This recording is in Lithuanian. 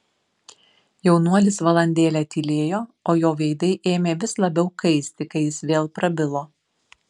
jaunuolis valandėlę tylėjo o jo veidai ėmė vis labiau kaisti kai jis vėl prabilo